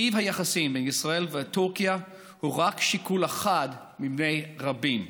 טיב היחסים בין ישראל וטורקיה הוא רק שיקול אחד מני רבים.